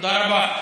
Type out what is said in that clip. תודה רבה.